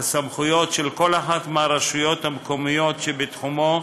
הסמכויות של כל אחת מהרשויות המקומיות שבתחומו,